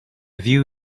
view